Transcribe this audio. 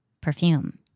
perfume